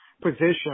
position